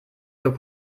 für